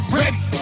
ready